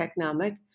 Technomic